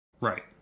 Right